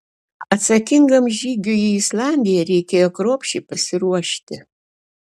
atsakingam žygiui į islandiją reikėjo kruopščiai pasiruošti